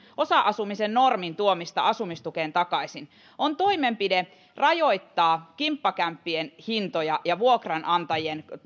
osa asumisen normin tuomista asumistukeen takaisin että se on toimenpide jolla rajoitetaan kimppakämppien hintoja ja vuokranantajien